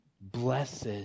Blessed